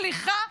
סליחה.